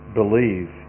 believe